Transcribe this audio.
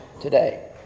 today